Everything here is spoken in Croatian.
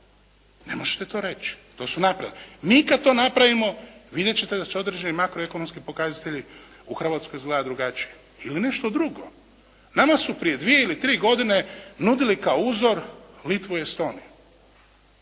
Ne možete to reći. To su napravile. Mi kad to napravimo vidjet ćete da će određeni makroekonomski pokazatelji u Hrvatskoj izgledati drugačije. Ili nešto drugo. Nama su prije dvije ili tri godine nudili kao uzor Litvu i Estoniju.